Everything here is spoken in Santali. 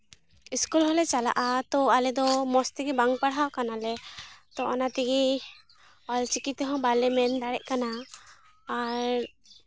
ᱥᱠᱩᱞ ᱦᱚᱸᱞᱮ ᱪᱟᱞᱟᱜᱼᱟ ᱛᱚ ᱟᱞᱮ ᱫᱚ ᱢᱚᱡᱽ ᱛᱮᱜᱮ ᱵᱟᱝ ᱯᱟᱲᱦᱟᱜ ᱠᱟᱱᱟᱞᱮ ᱛᱚ ᱚᱱᱟ ᱛᱮᱜᱮ ᱚᱞ ᱪᱤᱠᱤ ᱛᱮᱦᱚᱸ ᱵᱟᱞᱮ ᱢᱮᱱ ᱫᱟᱲᱮᱜ ᱠᱟᱱᱟ ᱟᱨ